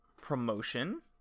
promotion